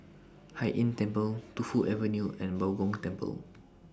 Hai Inn Temple Tu Fu Avenue and Bao Gong Temple